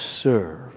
serve